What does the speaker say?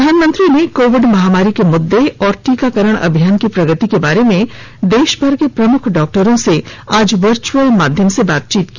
प्रधानमंत्री ने कोविड महामारी के मुद्दे और टीकाकरण अभियान की प्रगति के बारे में देशभर के प्रमुख डॉक्टरों से वर्च्यअल माध्यम से बातचीत की